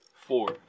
Four